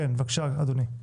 בבקשה, אדוני.